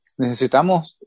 Necesitamos